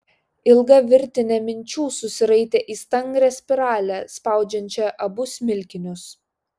ilga virtinė minčių susiraitė į stangrią spiralę spaudžiančią abu smilkinius